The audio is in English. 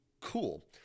cool